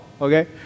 Okay